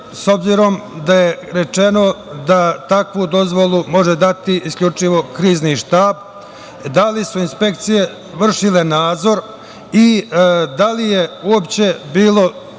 s obzirom da je rečeno da takvu dozvolu može dati isključivo Krizni štab? Da li su inspekcije vršile nadzor? Da li je uopšte bilo